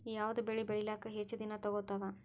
ಯಾವದ ಬೆಳಿ ಬೇಳಿಲಾಕ ಹೆಚ್ಚ ದಿನಾ ತೋಗತ್ತಾವ?